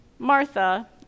Martha